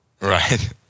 Right